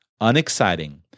unexciting